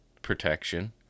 Protection